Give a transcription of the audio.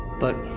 but.